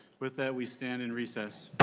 without we stand in recess.